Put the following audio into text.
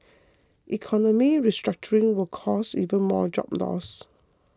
economic restructuring will cause even more job losses